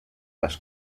las